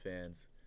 fans